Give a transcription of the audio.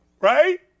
right